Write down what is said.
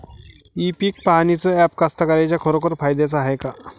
इ पीक पहानीचं ॲप कास्तकाराइच्या खरोखर फायद्याचं हाये का?